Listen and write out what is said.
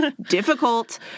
difficult